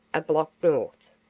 a block north.